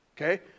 Okay